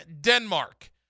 Denmark